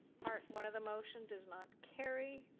part one of the motion does not carry.